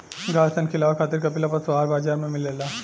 गाय सन खिलावे खातिर कपिला पशुआहार बाजार में मिलेला